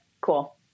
cool